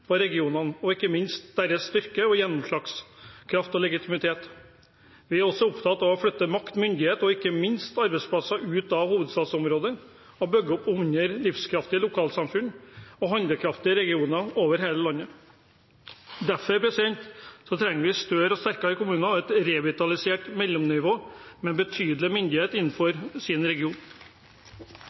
på regionene og ikke minst deres styrke, gjennomslagskraft og legitimitet. Vi er også opptatt av å flytte makt, myndighet og ikke minst arbeidsplasser ut av hovedstadsområdet og bygge opp under livskraftige lokalsamfunn og handlekraftige regioner over hele landet. Derfor trenger vi større og sterkere kommuner og et revitalisert mellomnivå, med betydelig myndighet innenfor sin region.